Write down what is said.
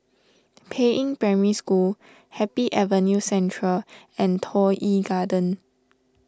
Peiying Primary School Happy Avenue Central and Toh Yi Garden